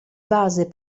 base